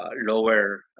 lower